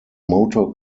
motor